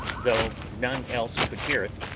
though none else could hear it,